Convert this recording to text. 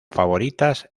favoritas